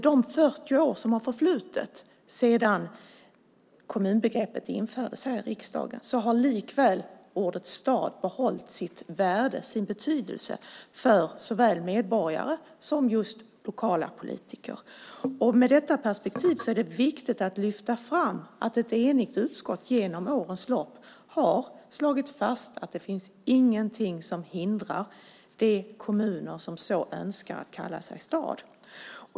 De 40 år som har förflutit sedan kommunbegreppet infördes här i riksdagen har likväl ordet stad behållit sitt värde och sin betydelse för såväl medborgare som just lokala politiker. Med detta perspektiv är det viktigt att lyfta fram att ett enigt utskott genom årens lopp har slagit fast att det inte finns något som hindrar de kommuner som så önskar att kalla sig stad.